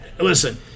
Listen